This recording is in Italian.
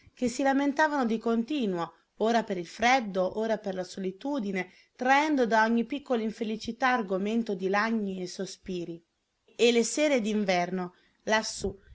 che si lamentavano di continuo ora per il freddo ora per la solitudine traendo da ogni piccola infelicità argomento di lagni e sospiri e le sere d'inverno lassù